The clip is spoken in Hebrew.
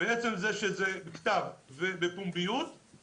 ועצם זה שזה בכתב ובפומבי, זה הנכון.